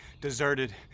deserted